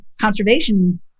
conservation